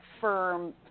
firm